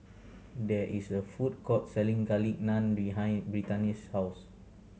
there is a food court selling Garlic Naan behind Brittany's house